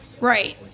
right